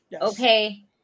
okay